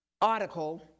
article